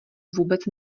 vůbec